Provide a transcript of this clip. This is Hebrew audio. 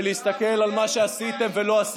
ולהסתכל על מה שעשיתם ולא עשיתם.